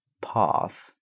path